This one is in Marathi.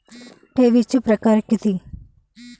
ठेवीचे प्रकार किती?